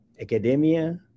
academia